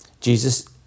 Jesus